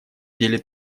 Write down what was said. деле